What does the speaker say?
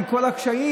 עם כל הקשיים,